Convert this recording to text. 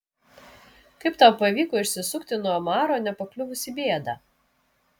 kaip tau pavyko išsisukti nuo omaro nepakliuvus į bėdą